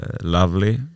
lovely